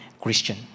Christian